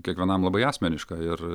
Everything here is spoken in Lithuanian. kiekvienam labai asmeniška ir